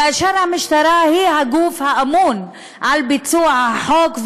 כאשר המשטרה היא הגוף האמון על ביצוע החוק,